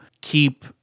keep